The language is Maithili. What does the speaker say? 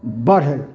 बढ़ै